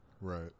right